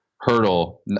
hurdle